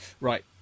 Right